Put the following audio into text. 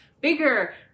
bigger